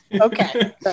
Okay